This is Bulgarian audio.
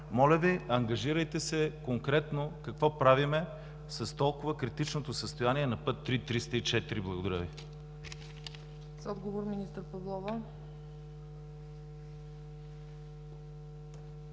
Моля Ви, ангажирайте се конкретно какво правим с толкова критичното състояние на път ІІІ – 304. Благодаря Ви.